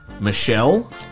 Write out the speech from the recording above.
Michelle